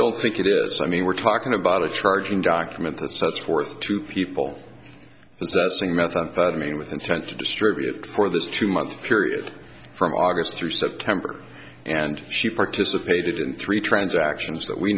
don't think it is i mean we're talking about a charging document that sets forth to people as the same methamphetamine with intent to distribute for this two month period from august through september and she participated in three transactions that we